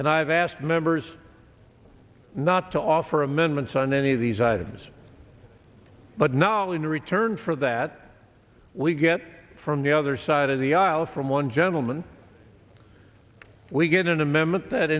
and i've asked members not to offer amendments on any of these items but now in return for that we get from the other side of the aisle from one gentleman we get an amendment that